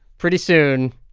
pretty soon,